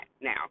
now